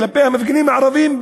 כלפי המפגינים הערבים,